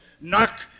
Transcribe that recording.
Knock